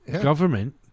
government